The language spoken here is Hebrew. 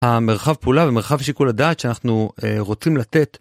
המרחב פעולה ומרחב שיקול הדעת שאנחנו רוצים לתת.